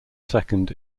second